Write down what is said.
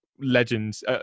legends